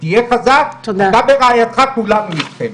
תהיה חזק, אתה ורעייתך, כולנו אתכם.